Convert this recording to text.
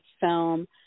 film